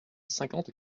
cinquante